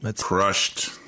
crushed